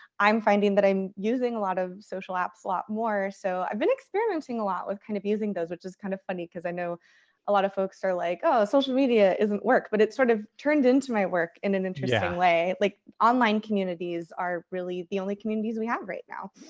i'm finding that i'm using a lot of social apps a lot more. so i've been experimenting a lot with kind of using those. which is kind of funny, cause i know a lot of folks are like, oh, social media isn't work. but it's sort of turned into my work in an interesting way. like, online communities are really the only communities we have right now.